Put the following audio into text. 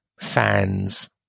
fans